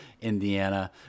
Indiana